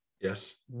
Yes